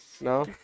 no